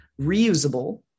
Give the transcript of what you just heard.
reusable